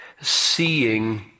seeing